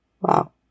Wow